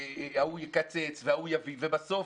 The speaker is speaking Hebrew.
וההוא יקצץ וההוא יביא, בסוף